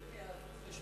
זה מהזוי